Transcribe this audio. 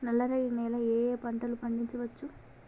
నల్లరేగడి నేల లో ఏ ఏ పంట లు పండించచ్చు?